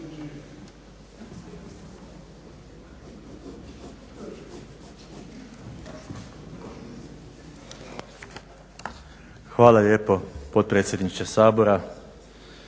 Hvala lijepo potpredsjedniče Sabora.